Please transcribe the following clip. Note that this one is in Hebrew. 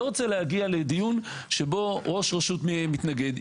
לדיון שבו ראש רשות מתנגד.